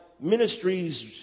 ministries